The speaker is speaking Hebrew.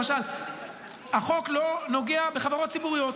למשל החוק לא נוגע בחברות ציבוריות